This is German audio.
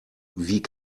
wie